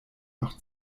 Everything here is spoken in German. noch